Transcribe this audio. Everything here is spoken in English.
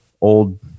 old